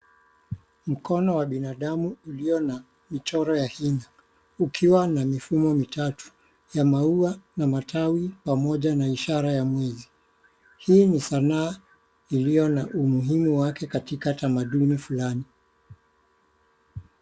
Mkono wa binadamu uliona michoro wa hina ukiwa na mifumo mitatu, ya maua matawi pamoja na ishara ya mwezi. Hii ni sanaa iliyo na umuhimu wake katika tamaduni fulani.